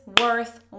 worth